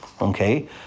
Okay